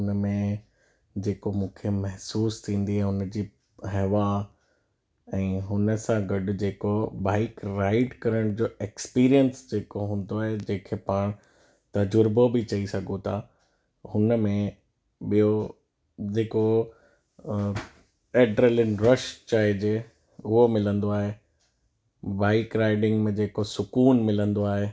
हुन में जेको मूंखे महसूस थींदी आहे उन जी हैवा ऐं हुन सां गॾु जेको बाइक राइड करण जो एक्सपीरियंस जेको हूंदो आहे जेके पाण तज़ुर्बो बि चई सघो था हुन में ॿियो जेको एड्रेलिन रश चइजे उहो मिलंदो आहे बाइक राइडिंग में जेको सुकून मिलंदो आहे